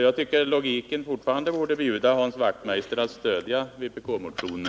Jag tycker att logiken borde bjuda Hans Wachtmeister att stödja vpkmotionen.